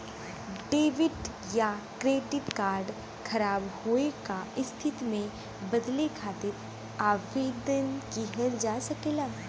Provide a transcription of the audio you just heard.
debit या credit card ख़राब होये क स्थिति में बदले खातिर आवेदन किहल जा सकला